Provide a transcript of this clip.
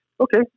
Okay